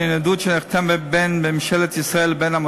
התשע"ד 2014, של חבר הכנסת יעקב ליצמן.